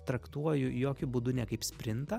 traktuoju jokiu būdu ne kaip sprintą